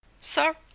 Sir